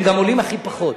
הם גם עולים הכי פחות.